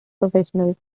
professionals